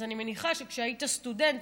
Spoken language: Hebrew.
אז אני מניחה שכשהיית סטודנט,